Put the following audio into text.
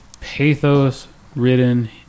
pathos-ridden